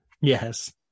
Yes